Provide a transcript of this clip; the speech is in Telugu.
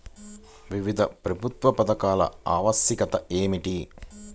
వివిధ ప్రభుత్వా పథకాల ఆవశ్యకత ఏమిటి?